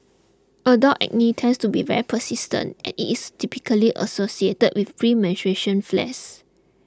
adult acne tends to be very persistent and it is typically associated with flares